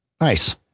Nice